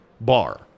bar